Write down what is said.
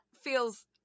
feels